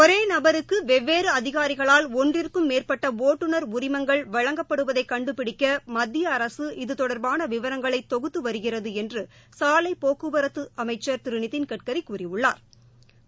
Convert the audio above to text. ஒரே நபருக்கு வெவ்வேறு அதிகாரிகளால் ஒன்றிற்கும் மேற்பட்ட ஒட்டுநர் உரிமங்கள் வழங்கப்படுவதை கண்டுபிடிக்க மத்திய அரசு இதுதொடர்பான விவரங்களை தொகுத்து வருகிறது என்று சாலைப்போக்குவரத்து அமைச்சா் திரு நிதின்கட்கரி கூறியுள்ளாா்